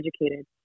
educated